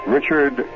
Richard